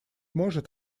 может